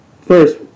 first